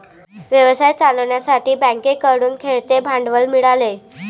व्यवसाय चालवण्यासाठी बँकेकडून खेळते भांडवल मिळाले